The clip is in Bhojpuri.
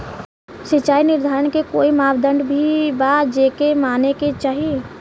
सिचाई निर्धारण के कोई मापदंड भी बा जे माने के चाही?